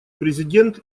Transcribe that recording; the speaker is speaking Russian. президент